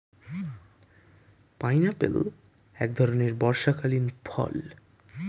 pineapple এক ধরণের বর্ষাকালীন ফল